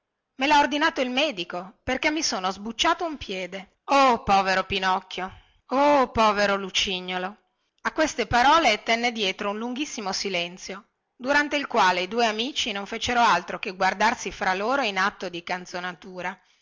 lha ordinato il medico perché mi sono sbucciato un piede oh povero pinocchio oh povero lucignolo a queste parole tenne dietro un lunghissimo silenzio durante il quale i due amici non fecero altro che guardarsi fra loro in atto di